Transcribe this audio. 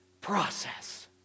Process